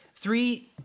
Three